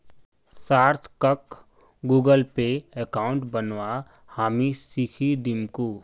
सार्थकक Google Pay account बनव्वा हामी सीखइ दीमकु